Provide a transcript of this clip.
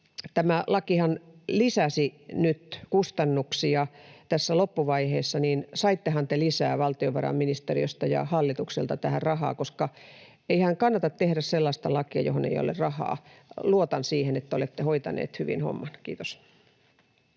tämä laki lisäsi kustannuksia tässä loppuvaiheessa, niin saittehan te lisää valtiovarainministeriöstä ja hallitukselta tähän rahaa, koska eihän kannata tehdä sellaista lakia, johon ei ole rahaa? Luotan siihen, että olette hoitaneet hyvin homman. — Kiitos.